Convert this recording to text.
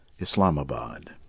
Islamabad